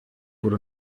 wurde